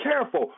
careful